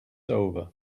over